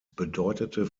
bedeutete